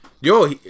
Yo